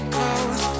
Close